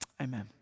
amen